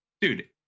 dude